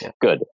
good